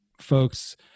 folks